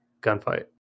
gunfight